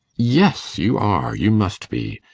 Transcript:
yes, you are you must be.